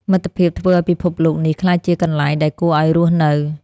មិត្តភាពធ្វើឱ្យពិភពលោកនេះក្លាយជាកន្លែងដែលគួរឱ្យរស់នៅ។